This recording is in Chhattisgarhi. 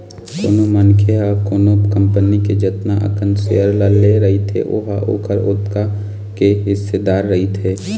कोनो मनखे ह कोनो कंपनी के जतना अकन सेयर ल ले रहिथे ओहा ओखर ओतका के हिस्सेदार रहिथे